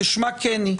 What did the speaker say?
כשמה כן היא.